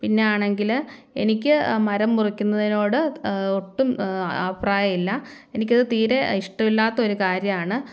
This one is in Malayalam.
പിന്നെ ആണെങ്കിൽ എനിക്ക് മരം മുറിക്കുന്നതിനോട് ഒട്ടും അഭിപ്രായമില്ല എനിക്കത് തീരെ ഇഷ്ടവില്ലാത്തൊരു കാര്യമാണ്